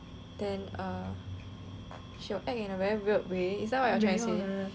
she will act in a very weird way is that what you are saying